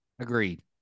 Agreed